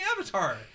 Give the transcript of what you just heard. avatar